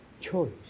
choice